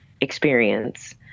experience